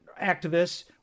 activists